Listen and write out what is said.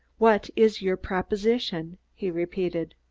what is your proposition? he repeated.